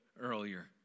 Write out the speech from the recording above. earlier